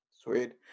Sweet